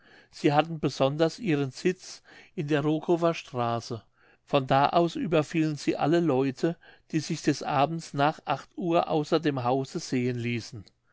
sie hatten besonders ihren sitz in der rokover straße von da aus überfielen sie alle leute die sich des abends nach uhr außer dem hause sehen ließen